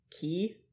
key